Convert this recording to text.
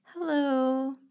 Hello